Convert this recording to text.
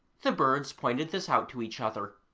the birds pointed this out to each other,